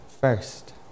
first